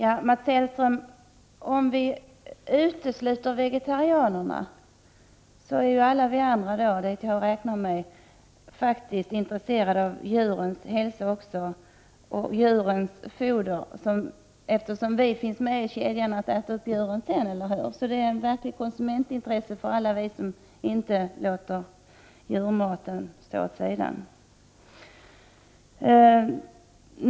Herr talman! Om vi utesluter vegetarianerna är vi alla andra, dit jag räknar mig, faktiskt intresserade av djurens hälsa och foder, eftersom vi är med i kedjan när vi äter kött. Så det är fråga om ett verkligt konsumentintresse för oss alla som inte avstår från köttmat.